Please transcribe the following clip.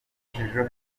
ejo